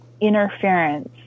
interference